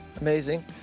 Amazing